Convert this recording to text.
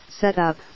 Setup